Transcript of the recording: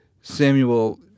Samuel